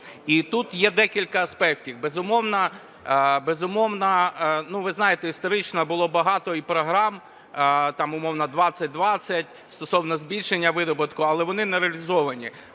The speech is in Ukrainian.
І тут є декілька аспектів. Безумовно, ви знаєте, історично було багато і програм, умовно, "2020", стосовно збільшення видобутку, але вони не реалізовані.